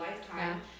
lifetime